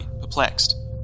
perplexed